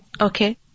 Okay